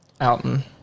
Alton